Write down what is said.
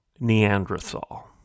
Neanderthal